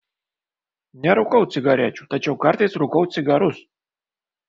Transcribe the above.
nerūkau cigarečių tačiau kartais rūkau cigarus